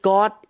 God